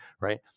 right